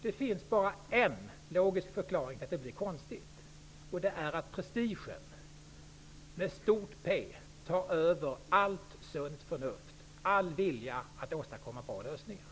Det finns bara en logisk förklaring till att det blir konstigt. Det är att prestigen tar över allt sunt förnuft och all vilja att åstadkomma bra lösningar.